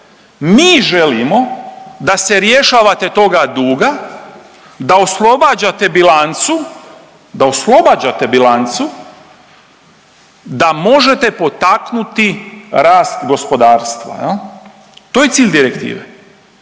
mi želimo da se rješavate toga duga, da oslobađate bilancu, da oslobađate bilancu da možete potaknuti rast gospodarstva jel. To je cilj direktive.